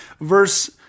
Verse